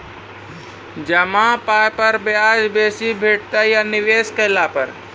जमा पाय पर ब्याज बेसी भेटतै या निवेश केला पर?